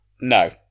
No